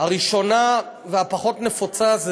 הראשונה והפחות-נפוצה זה